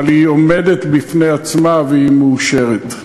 אבל היא עומדת בפני עצמה והיא מאושרת.